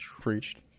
preached